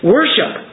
Worship